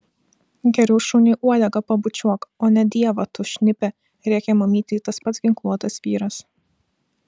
geriau šuniui uodegą pabučiuok o ne dievą tu šnipe rėkė mamytei tas pats ginkluotas vyras